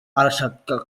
arashaka